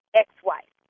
ex-wife